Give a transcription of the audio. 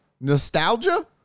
Nostalgia